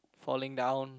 falling down